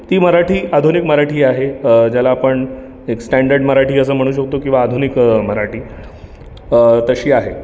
ती मराठी आधुनिक मराठी आहे ज्याला आपण एक स्टँडर्ड मराठी असं म्हणू शकतो किवा आधुनिक मराठी तशी आहे